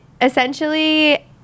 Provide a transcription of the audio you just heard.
essentially